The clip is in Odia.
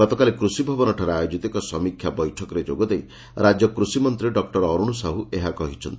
ଗତକାଲି କୃଷି ଭବନଠାରେ ଆୟୋଜିତ ଏକ ସମୀକ୍ଷା ବୈଠକରେ ଯୋଗ ଦେଇ ରାକ୍ୟ କୃଷି ମନ୍ତୀ ଡକ୍କର ଅରୁଣ ସାହୁ ଏହା କହିଛନ୍ତି